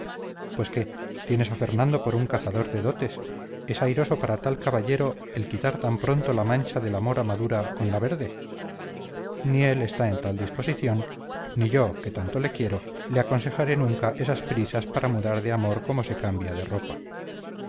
pues qué tienes a fernando por un cazador de dotes es airoso para tal caballero el quitar tan pronto la mancha de la mora madura con la verde ni él está en tal disposición ni yo que tanto le quiero le aconsejaré nunca esas prisas para mudar de amor como se cambia de ropa